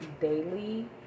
daily